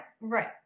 right